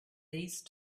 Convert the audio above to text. these